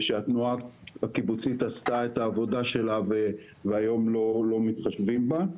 שהתנועה הקיבוצית עשתה את העבודה שלה והיום לא מתחשבים בה.